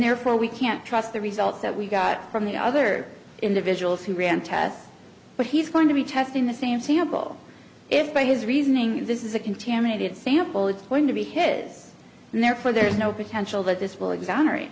therefore we can't trust the results that we got from the other individuals who ran tests but he's going to be testing the same sample if by his reasoning this is a contaminated sample it's going to be his and therefore there is no potential that this will exonerate